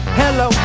hello